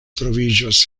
troviĝas